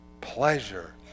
pleasure